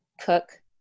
cook